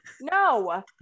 No